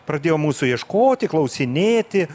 pradėjo mūsų ieškoti klausinėti